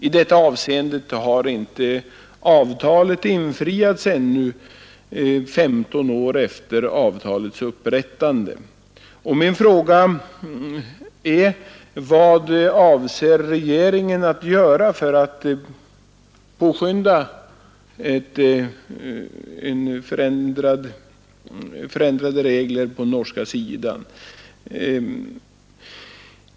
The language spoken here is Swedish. I detta avseende har inte avtalet infriats ännu 15 år efter dess upprättande. Min fråga är: Vad avser regeringen att göra för att påskynda en förändring av reglerna på den norska sidan?